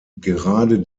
gerade